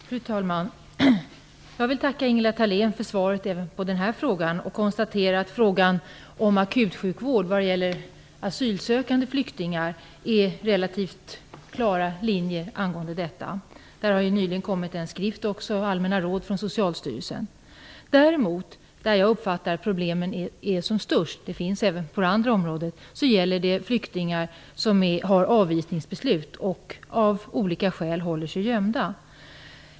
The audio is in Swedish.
Fru talman! Jag vill tacka Ingela Thalén för svaret även på den här frågan. Det finns relativt klara linjer när det gäller frågan om akutsjukvård för asylsökande flyktingar. Det har också nyligen kommit en skrift med allmänna råd från Socialstyrelsen. Däremot uppfattar jag problemen som störst - det finns problem även på andra områden - när det gäller flyktingar som har fått avvisningsbeslut men som av olika skäl håller sig gömda.